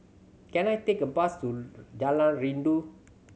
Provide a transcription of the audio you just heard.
can I take a bus to Jalan Rindu